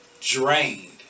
Drained